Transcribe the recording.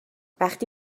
وقتی